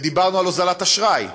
דיברנו על הוזלת אשראי,